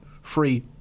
free